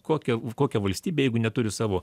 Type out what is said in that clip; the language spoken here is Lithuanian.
kokia kokia valstybė jeigu neturi savo